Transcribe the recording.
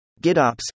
GitOps